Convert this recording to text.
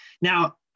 Now